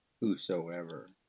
whosoever